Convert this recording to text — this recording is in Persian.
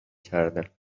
کردن